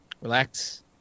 relax